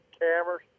cameras